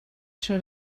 should